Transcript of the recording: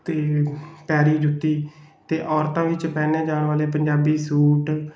ਅਤੇ ਪੈਰੀਂ ਜੁੱਤੀ ਅਤੇ ਔਰਤਾਂ ਵਿੱਚ ਪਹਿਨੇ ਜਾਣ ਵਾਲੇ ਪੰਜਾਬੀ ਸੂਟ